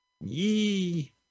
Yee